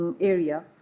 area